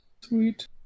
Sweet